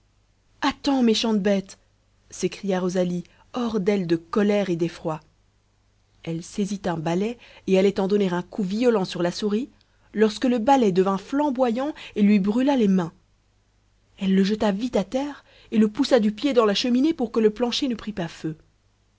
attends méchante bête s'écria rosalie hors d'elle de colère et d'effroi elle saisit un balai et allait en donner un coup violent sur la souris lorsque le balai devint flamboyant et lui brûla les mains elle le jeta vite à terre et le poussa du pied dans la cheminée pour que le plancher ne prit pas feu